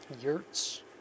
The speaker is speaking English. Yurts